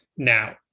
Now